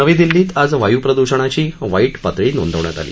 नवी दिल्लीत आज वायूप्रदूषणाची वाईट पातळी नोंदवण्यात आली